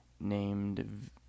named